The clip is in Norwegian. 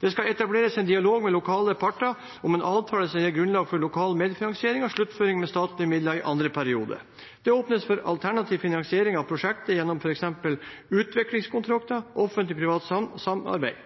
Det skal etableres en dialog med lokale parter om en avtale som gir grunnlag for lokal medfinansiering og sluttføring med statlige midler i andre periode. Det åpnes for alternativ finansiering av prosjektet gjennom f.eks. utviklingskontrakter og offentlig-privat samarbeid.